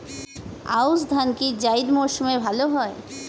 আউশ ধান কি জায়িদ মরসুমে ভালো হয়?